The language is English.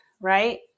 right